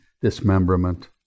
dismemberment